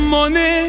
Money